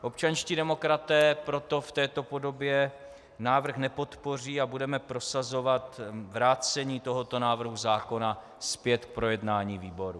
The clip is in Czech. Občanští demokraté proto v této podobě návrh nepodpoří a budeme prosazovat vrácení tohoto návrhu zákona zpět k projednání výborům.